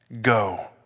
Go